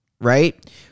right